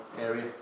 area